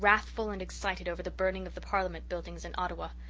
wrathful and excited over the burning of the parliament buildings in ottawa.